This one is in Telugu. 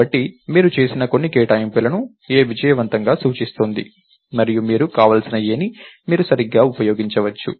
కాబట్టి మీరు చేసిన కొన్ని కేటాయింపులను a విజయవంతంగా సూచిస్తోంది మరియు మీకు కావలసిన aని మీరు సరిగ్గా ఉపయోగించవచ్చు